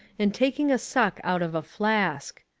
and taking a suck out of a flask.